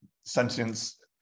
sentience